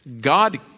God